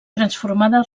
transformada